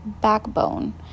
backbone